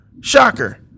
Shocker